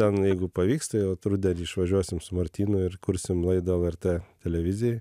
ten jeigu pavyks tai vat rudenį išvažiuosim su martynu ir kursim laidą lrt televizijoj